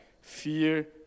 Fear